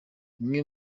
imwe